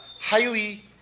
highly